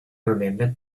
remembered